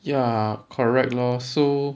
ya correct lor so